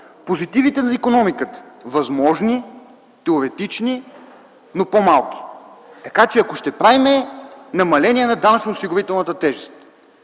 Позитивите на икономиката - възможни, теоретични, но по-малки. Така че ако ще правим намаление на данъчно-осигурителната тежест,